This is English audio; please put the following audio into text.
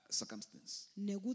circumstance